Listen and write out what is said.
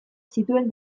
zituen